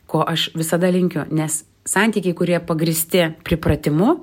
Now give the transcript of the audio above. ko aš visada linkiu nes santykiai kurie pagrįsti pripratimu